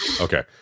Okay